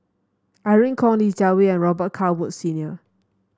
Irene Khong Li Jiawei and Robet Carr Woods Senior